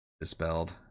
dispelled